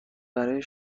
برای